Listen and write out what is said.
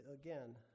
again